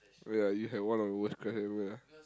ya you had one of the worst cramp ya